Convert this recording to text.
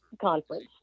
conference